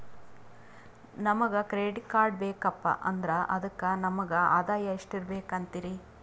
ನಮಗ credit card ಬೇಕಪ್ಪ ಅಂದ್ರ ಅದಕ್ಕ ನಮಗ ಆದಾಯ ಎಷ್ಟಿರಬಕು ಅಂತೀರಿ?